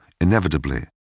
inevitably